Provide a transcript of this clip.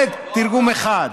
זה תרגום אחד.